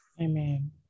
amen